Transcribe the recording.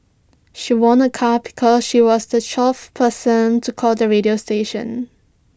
she won A car because she was the twelfth person to call the radio station